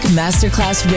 masterclass